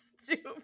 Stupid